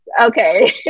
Okay